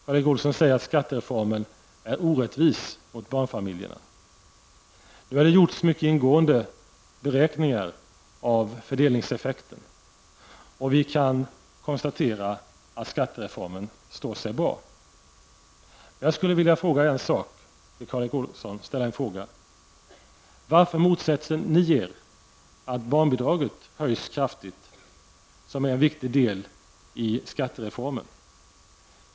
Karl Erik Olsson säger att skattereformen är orättvis mot barnfamiljerna. Nu har det gjorts mycket ingående beräkningar av fördelningseffekten. Vi kan konstatera att skattereformen står sig bra. Jag skulle vilja ställa en fråga till Karl Erik Olsson: Varför motsätter ni er att barnbidraget höjs kraftigt? Det är en viktig del i skattereformen.